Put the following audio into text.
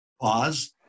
Pause